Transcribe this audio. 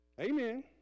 Amen